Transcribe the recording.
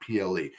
PLE